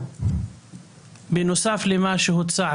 לדעתי, בצורה